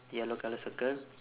yellow colour circle